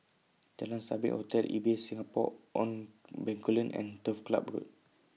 Jalan Sabit Hotel Ibis Singapore on Bencoolen and Turf Club Road